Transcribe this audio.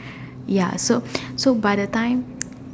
ya so by the time